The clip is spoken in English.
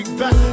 back